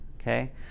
okay